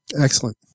Excellent